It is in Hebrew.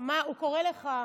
הוא קורא לך.